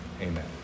amen